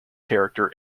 character